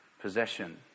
possession